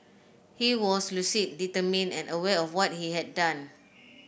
he was lucid determined and aware of what he had done